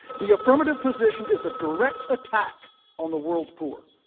the affirmative position is a direct attack on the world's poor.